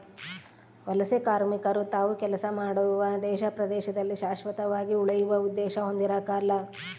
ವಲಸೆಕಾರ್ಮಿಕರು ತಾವು ಕೆಲಸ ಮಾಡುವ ದೇಶ ಪ್ರದೇಶದಲ್ಲಿ ಶಾಶ್ವತವಾಗಿ ಉಳಿಯುವ ಉದ್ದೇಶ ಹೊಂದಿರಕಲ್ಲ